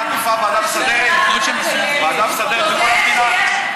ועדה מסדרת, לדעתי,